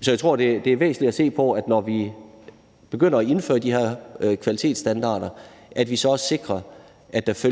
Så jeg tror, det er væsentligt at se på, når vi begynder at indføre de her kvalitetsstandarder, at vi så også sikrer, at der